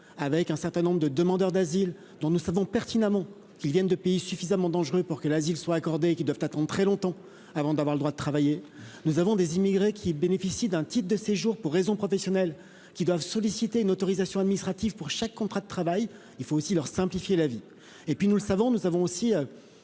avec un certain nombre de demandeurs d'asile dont nous savons pertinemment qu'ils viennent de pays suffisamment dangereux pour que l'asile soit accordée qui doivent attendre très longtemps avant d'avoir le droit de travailler, nous avons des immigrés qui bénéficie d'un titre de séjour pour raisons professionnelles qui doivent solliciter une autorisation administrative pour chaque contrat de travail, il faut aussi leur simplifier la vie, et puis nous le savons, nous avons aussi